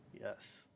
Yes